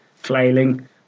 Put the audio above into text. flailing